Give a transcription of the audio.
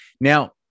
Now